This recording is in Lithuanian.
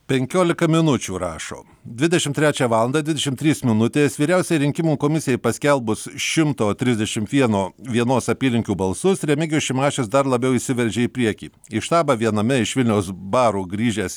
penkiolika minučių rašo dvidešim trečią valandą dvidešim trys minutės vyriausiajai rinkimų komisijai paskelbus šimto trisdešimt vieno vienos apylinkių balsus remigijus šimašius dar labiau įsiveržė į priekį į štabą viename iš vilniaus barų grįžęs